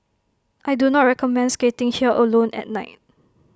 I do not recommend skating here alone at night